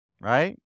Right